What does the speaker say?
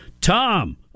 Tom